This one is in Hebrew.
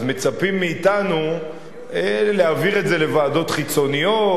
אז מצפים מאתנו להעביר את זה לוועדות חיצוניות,